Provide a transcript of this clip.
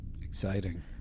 Exciting